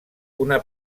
una